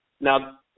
Now